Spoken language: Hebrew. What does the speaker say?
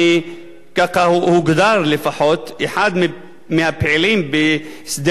ככה הוגדר לפחות, אחד מהפעילים בשדה החינוך,